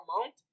amount